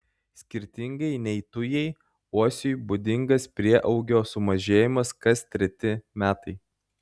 skirtingai nei tujai uosiui būdingas prieaugio sumažėjimas kas treti metai